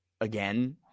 again